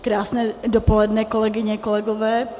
Krásné dopoledne, kolegyně, kolegové.